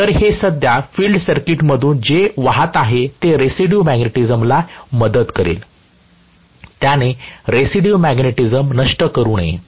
तर हे सध्या फील्ड सर्किटमधून जे वाहते आहे ते रेसिड्यू मॅग्नेटिझमला मदत करेल त्याने रेसिड्यू मॅग्नेटिझम नष्ट करु नये